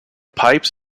pipes